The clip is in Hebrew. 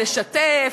לשתף,